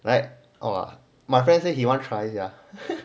like oh ah my friend say he wanna try sia